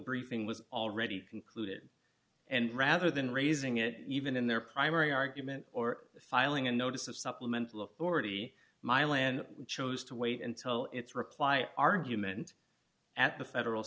briefing was already concluded and rather than raising it even in their primary argument or filing a notice of supplement look already milan chose to wait until its reply argument at the federal